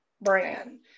brand